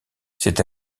c’est